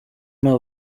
nta